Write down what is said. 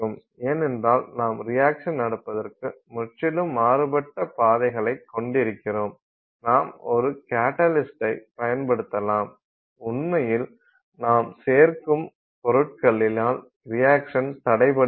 ஏனென்றால் நாம் ரியாக்சன் நடப்பதற்கு முற்றிலும் மாறுபட்ட பாதைகளைக் கொண்டிருக்கிறோம் நாம் ஒரு கட்டலிஸ்டைப் பயன்படுத்தலாம் உண்மையில் நாம் சேர்க்கும் பொருட்களினால் ரியாக்சன் தடைபடுகிறது